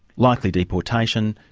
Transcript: likely deportation,